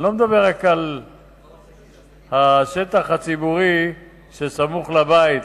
אני לא מדבר רק על השטח הציבורי שסמוך לבית,